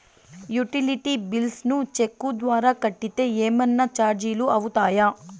Utility bills ను cheque ద్వారా కట్టితే ఏమన్నా చార్జీలు అవుతాయా?